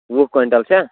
وُہ کوینٹَل چھا